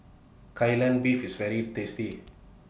Kai Lan Beef IS very tasty